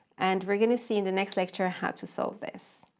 and we're going to see in the next lecture how to solve this.